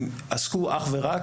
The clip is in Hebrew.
הם עסקו אך ורק